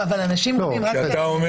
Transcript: לא, כי אתה אומר